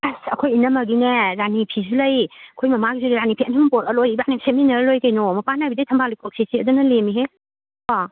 ꯑꯁ ꯑꯩꯈꯣꯏ ꯏꯅꯝꯃꯒꯤꯅꯦ ꯔꯥꯅꯤ ꯐꯤꯁꯨ ꯂꯩ ꯑꯩꯈꯣꯏ ꯃꯃꯥꯡꯒꯤꯁꯨ ꯔꯥꯅꯤ ꯐꯤ ꯑꯅꯤ ꯑꯍꯨꯝ ꯄꯣꯔꯛꯑ ꯂꯣꯏꯔꯦ ꯏꯕꯥꯏꯅꯤ ꯁꯦꯠꯃꯤꯟꯅꯔ ꯂꯣꯏꯔꯦ ꯀꯩꯅꯣ ꯃꯄꯥꯟ ꯅꯥꯏꯕꯤꯗ ꯊꯝꯕꯥꯜ ꯂꯩꯈꯣꯛ ꯁꯦꯠꯁꯦ ꯑꯗꯨꯅ ꯂꯦꯝꯃꯤꯍꯦ ꯀꯣ